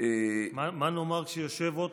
מה נאמר כשיושב-ראש